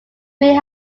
may